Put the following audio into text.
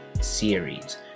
series